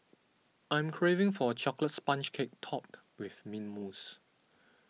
I am craving for a Chocolate Sponge Cake Topped with Mint Mousse